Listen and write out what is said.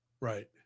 Right